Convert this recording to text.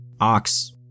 Ox